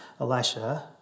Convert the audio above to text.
Elisha